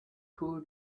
pour